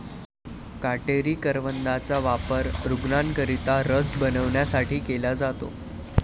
काटेरी करवंदाचा वापर रूग्णांकरिता रस बनवण्यासाठी केला जातो